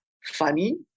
funny